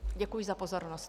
Děkuji za pozornost.